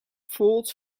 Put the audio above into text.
forts